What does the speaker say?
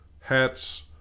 hats